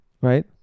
Right